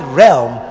realm